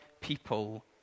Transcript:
people